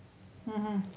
mmhmm